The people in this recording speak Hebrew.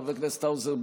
חבר הכנסת האוזר,